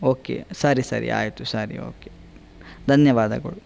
okay ಸರಿ ಸರಿ ಆಯಿತು ಸರಿ ಓಕೆ ಧನ್ಯವಾದಗಳು